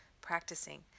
practicing